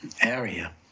area